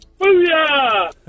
Booyah